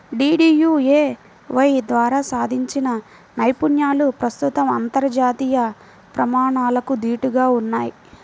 DDUAY ద్వారా సాధించిన నైపుణ్యాలు ప్రస్తుతం అంతర్జాతీయ ప్రమాణాలకు దీటుగా ఉన్నయ్